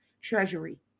treasury